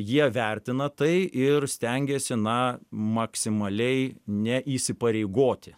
jie vertina tai ir stengiasi na maksimaliai neįsipareigoti